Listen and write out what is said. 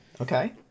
Okay